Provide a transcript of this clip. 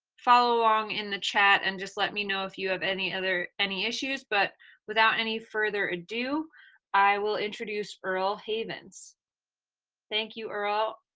follow along in the chat and just let me know if you have any other any issues, but without any further ado i will introduce earle havens thank you earle.